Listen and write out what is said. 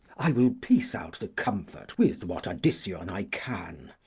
i will piece out the comfort with what addition i can.